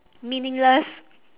meaningless